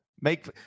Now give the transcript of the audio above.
make –